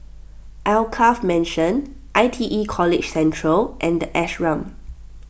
Alkaff Mansion I T E College Central and the Ashram